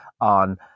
on